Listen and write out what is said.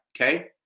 Okay